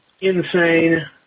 Insane